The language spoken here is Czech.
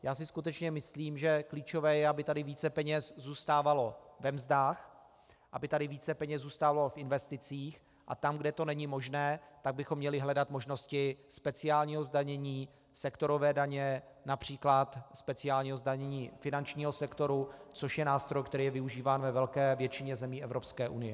Já si skutečně myslím, že klíčové je, aby tady více peněz zůstávalo ve mzdách, aby tady více peněz zůstávalo v investicích, a tam, kde to není možné, tak bychom měli hledat možnosti speciálního zdanění, sektorové daně, například speciálního zdanění finančního sektoru, což je nástroj, který je využíván ve velké většině zemí Evropské unie.